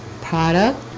product